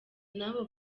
n’abo